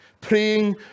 praying